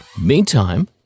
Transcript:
Meantime